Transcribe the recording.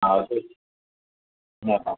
हा हा